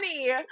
money